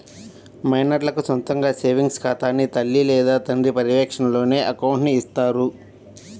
మైనర్లకు సొంతగా సేవింగ్స్ ఖాతాని తల్లి లేదా తండ్రి పర్యవేక్షణలోనే అకౌంట్ని ఇత్తారు